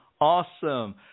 Awesome